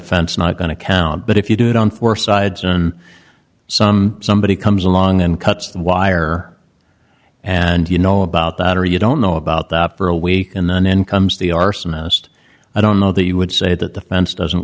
fense not going to count but if you do it on four sides and some somebody comes along and cuts the wire and you know about the lottery you don't know about that for a week and then comes the arson moused i don't know that you would say that the plants doesn't